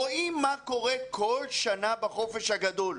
רואים מה קורה כל שנה בחופש הגדול.